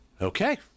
Okay